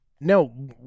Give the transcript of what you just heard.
no